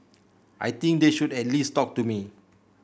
I think they should at least talk to me